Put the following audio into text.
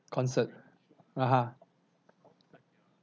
concert (uh huh)